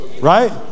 Right